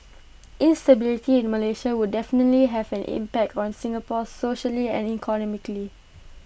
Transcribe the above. instability in Malaysia would definitely have an impact on Singapore socially and economically